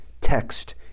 text